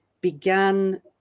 began